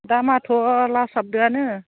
दामआथ' लासाबदोंआनो